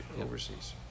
overseas